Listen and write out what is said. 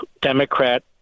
Democrat